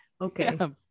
Okay